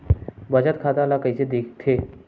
बचत खाता ला कइसे दिखथे?